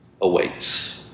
awaits